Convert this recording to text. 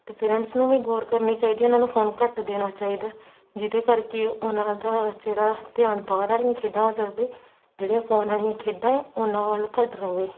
ਅਤੇ ਪੇਰੈਂਟਸ ਨੂੰ ਵੀ ਗੌਰ ਕਰਨੀ ਚਾਹੀਦੀ ਉਹਨਾਂ ਨੂੰ ਫੋਨ ਘੱਟ ਦੇਣਾ ਚਾਹੀਦਾ ਜਿਹਦੇ ਕਰਕੇ ਉਹਨਾਂ ਦਾ ਧ ਜਿਹੜਾ ਧਿਆਨ ਬਾਹਰ ਵਾਲੀਆਂ ਖੇਡਾਂ ਵੱਲ ਰਵੇ ਜਿਹੜੀਆਂ ਫੋਨ ਵਾਲੀਆਂ ਖੇਡਾਂ ਆ ਉਹਨਾਂ ਵੱਲ ਘੱਟ ਰਵੇ